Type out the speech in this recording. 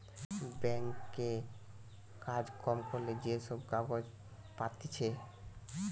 bank এ কাজ কম করিলে যে সব কাগজ পাতিছে